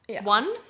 One